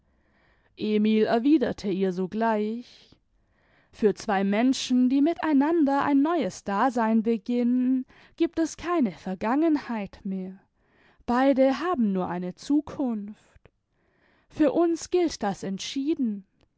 emil erwiderte ihr sogleich für zwei menschen die mit einander ein neues dasein beginnen giebt es keine vergangenheit mehr beide haben nur eine zukunft für uns gilt das entschieden